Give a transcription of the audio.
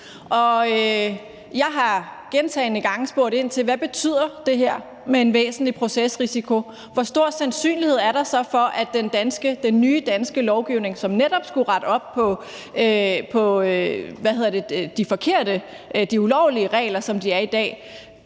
Jeg har gentagne gange spurgt ind til: Hvad betyder det her med en væsentlig procesrisiko? Hvor stor er sandsynligheden for, at vi med den nye danske lovgivning, som netop skulle rette op på de ulovlige regler, der er i dag,